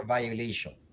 Violation